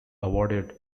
awarded